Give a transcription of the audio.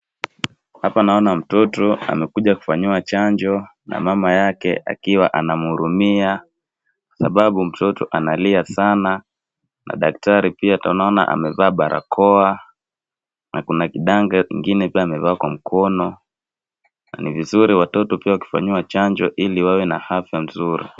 Hapa naona mtoto amekuja kufanyiwa chanjo na mama yake akiwa anamhurumia, sababu mtoto analia sana na daktari pia unaona amevaa barakoa, na kuna kidange kingine pia amevaa kwa mkono. Na ni vizuri watoto pia wakifanyiwa chanjo ili wawe na afya nzuri.